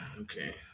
Okay